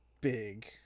big